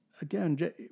again